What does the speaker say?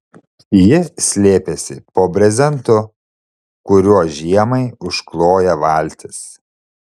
jis slėpėsi po brezentu kuriuo žiemai užkloja valtis